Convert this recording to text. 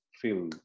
feel